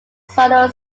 solar